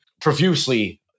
profusely